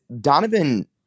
Donovan